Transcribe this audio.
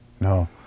no